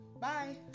Bye